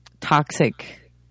Toxic